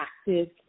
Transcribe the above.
active